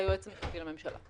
את היועץ המשפטי לממשלה.